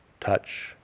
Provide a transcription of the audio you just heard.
touch